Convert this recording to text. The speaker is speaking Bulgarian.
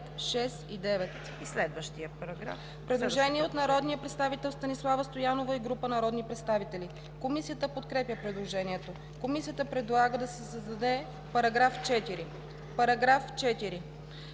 с „ал. 5, 6 и 9“.“ Предложение от народния представител Станислава Стоянова и група народни представители. Комисията подкрепя предложението. Комисията предлага да се създаде § 4: „§ 4.